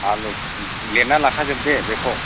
आलुखौ लेरना लाखाजोबदे बेखौ